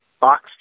box